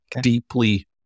deeply